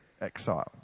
exile